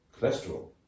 cholesterol